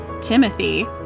Timothy